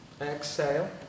exhale